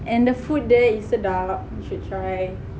and the food there is sedap you should try